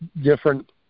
different